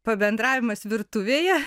pabendravimas virtuvėje